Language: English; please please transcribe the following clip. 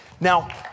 Now